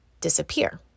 disappear